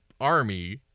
army